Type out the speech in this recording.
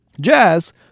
jazz